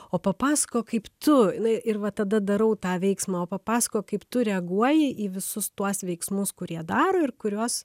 o papasakok kaip tu o jinai ir va tada darau tą veiksmą o papasakok kaip tu reaguoji į visus tuos veiksmus kurie daro ir kuriuos